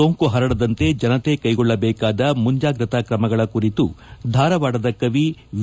ಸೋಂಕು ಪರಡದಂತೆ ಜನತೆ ಕೈಗೊಳ್ಳಬೇಕಾದ ಮುಂಜಾಗ್ರತಾ ಕ್ರಮಗಳ ಕುರಿತು ಧಾರವಾಡದ ಕವಿ ವಿ